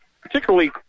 particularly